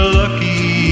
lucky